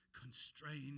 constrained